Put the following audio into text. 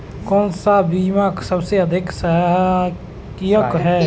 कौन सा बीमा सबसे अधिक सहायक है?